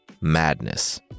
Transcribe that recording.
Madness